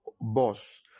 boss